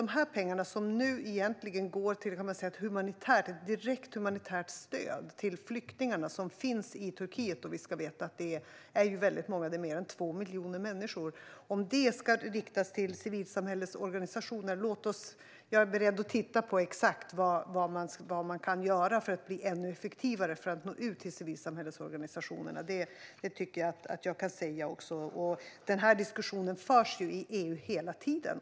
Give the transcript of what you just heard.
Dessa pengar går nu egentligen till ett direkt humanitärt stöd till flyktingarna som finns i Turkiet - och vi ska veta att det är många, mer än 2 miljoner människor. När det gäller om det är just de här pengarna som ska riktas till civilsamhällets organisationer är jag beredd att titta på exakt vad man kan göra för att bli ännu effektivare med att nå ut till dessa. Det tycker jag att jag kan säga. Diskussionen förs i EU hela tiden.